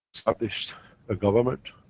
established a government,